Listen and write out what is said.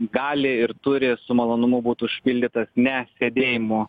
gali ir turi su malonumu būt užpildytas ne sėdėjimu